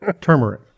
turmeric